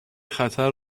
خطر